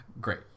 Great